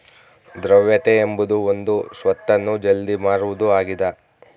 ದ್ರವ್ಯತೆ ಎಂಬುದು ಒಂದು ಸ್ವತ್ತನ್ನು ಜಲ್ದಿ ಮಾರುವುದು ಆಗಿದ